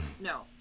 no